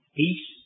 peace